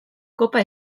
kopa